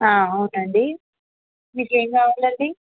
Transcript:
ఆ అవును అండి మీకేమి కావాలి అండి